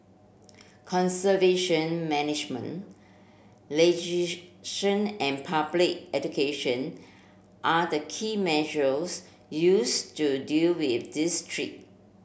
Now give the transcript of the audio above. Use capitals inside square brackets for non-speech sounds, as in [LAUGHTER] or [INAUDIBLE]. conservation management [UNINTELLIGIBLE] and public education are the key measures used to deal with this threat